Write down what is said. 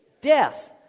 death